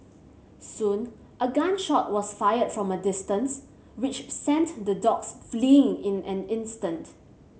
soon a gun shot was fired from a distance which sent the dogs fleeing in an instant